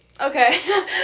Okay